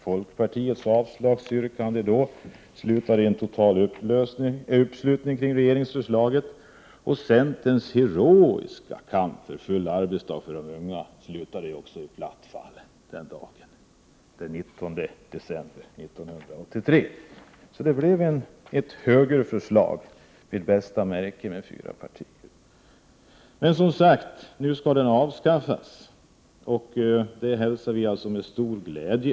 Folkpartiets avslagsyrkande slutade i en total uppslutning kring regeringsförslaget, och centerns heroiska kamp för full arbetsdag för de unga slutade också i platt fall den dagen, den 19 december 1983. Det blev ett högerförslag av bästa märke med anslutning från fyra partier. Men nu skall som sagt lagen avskaffas, och det hälsar vi med stor glädje.